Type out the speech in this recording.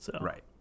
Right